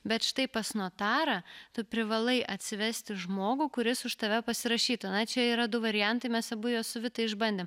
bet štai pas notarą tu privalai atsivesti žmogų kuris už tave pasirašytu na čia yra du variantai mes abu juos su vita išbandėm